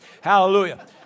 Hallelujah